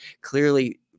clearly